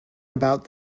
about